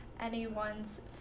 anyone's